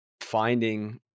finding